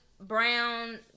Brown